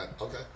okay